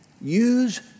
Use